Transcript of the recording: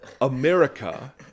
America